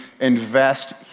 invest